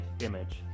image